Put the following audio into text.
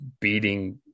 beating